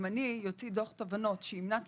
אם אני אוציא דוח תובנות שיימנע את